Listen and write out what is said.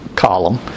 column